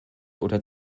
oder